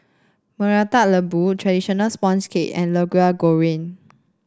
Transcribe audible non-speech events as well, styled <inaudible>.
murta lembu traditional sponge cake and <unintelligible> goreng